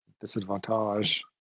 disadvantage